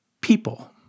people